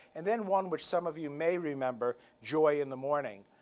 and then one which some of you may remember, joy in the morning,